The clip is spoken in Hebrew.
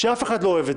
שאף אחד לא אוהב.